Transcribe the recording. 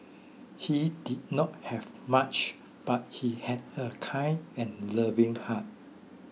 he did not have much but he had a kind and loving heart